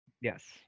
Yes